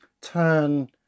turn